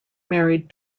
married